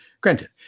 Granted